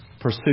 pursue